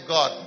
God